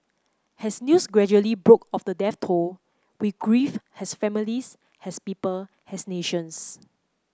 has news gradually broke of the death toll we grieve has families has people has nations